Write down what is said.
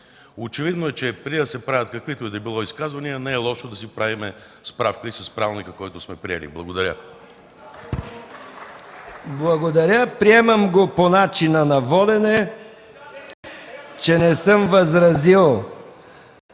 Очевидно е, че преди да се правят каквито и да било изказвания, не е лошо да си правим справка и с правилника, който сме приели. Благодаря. ПРЕДСЕДАТЕЛ МИХАИЛ МИКОВ: Благодаря. Приемам го по начина на водене, че не съм възразил